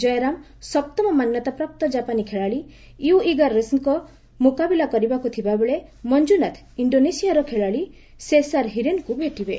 ଜୟରାମ ସପ୍ତମ ମାନ୍ୟତାପ୍ରାପ୍ତ ଜାପାନୀ ଖେଳାଳି ୟୁ ଇଗା ରସିଙ୍କ ମୁକାବିଲା କରିବାକୁ ଥିବାବେଳେ ମଞ୍ଜୁନାଥ୍ ଇଣ୍ଡୋନେସିଆର ଖେଳାଳି ସେସାର୍ ହିରେନ୍ଙ୍କୁ ଭେଟିବେ